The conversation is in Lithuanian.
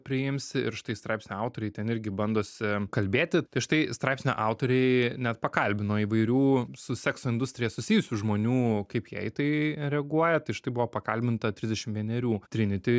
priimsi ir štai straipsnio autoriai ten irgi bandosi kalbėti tai štai straipsnio autoriai net pakalbino įvairių su sekso industrija susijusių žmonių kaip jie tai reaguoja tai štai buvo pakalbinta trisdešim vienerių triniti